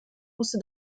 musste